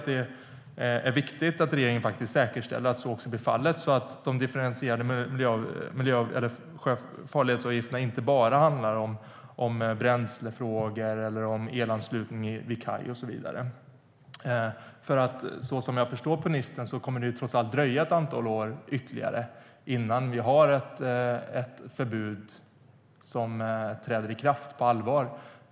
Det är viktigt att regeringen säkerställer att så också blir fallet, så att de differentierade farledsavgifterna inte bara handlar om bränslefrågor, elanslutning vid kaj och så vidare. Så som jag förstår ministern kommer det trots allt att dröja ett antal år ytterligare innan vi har ett förbud som träder i kraft på allvar.